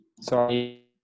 Sorry